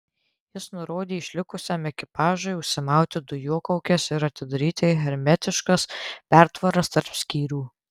jis nurodė išlikusiam ekipažui užsimauti dujokaukes ir atidaryti hermetiškas pertvaras tarp skyrių